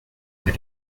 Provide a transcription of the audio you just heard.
elle